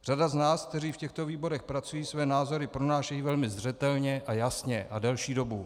Řada z nás, kteří v těchto výborech pracují, své názory pronáší velmi zřetelně a jasně a delší dobu.